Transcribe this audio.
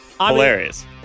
Hilarious